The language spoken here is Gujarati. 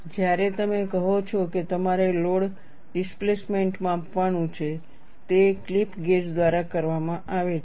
જ્યારે તમે કહો છો કે તમારે લોડ ડિસ્પ્લેસમેન્ટ માપવા નું છે તે ક્લિપ ગેજ દ્વારા કરવામાં આવે છે